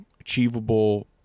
achievable